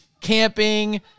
camping